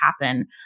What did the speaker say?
happen